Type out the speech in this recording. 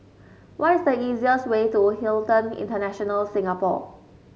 what is the easiest way to Hilton International Singapore